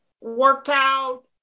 workout